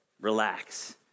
relax